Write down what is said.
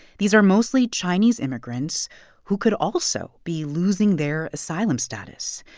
these are mostly chinese immigrants who could also be losing their asylum status.